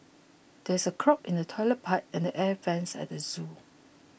there's a clog in the Toilet Pipe and Air Vents at the zoo